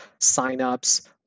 signups